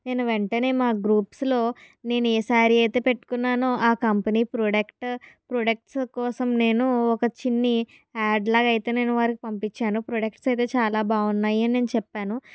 నేను వెంటనే మా గ్రూప్స్ లో నేను ఏ శారి అయితే పెట్టుకున్నానో ఆ కంపెనీ ప్రొడక్ట్ ప్రొడక్ట్స్ కోసం నేను ఒక చిన్ని యాడ్ లాగా అయితే నేను వారికి పంపించాను ప్రొడక్ట్స్ అయితే చాలా బాగున్నాయి అని నేను చెప్పాను